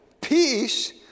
peace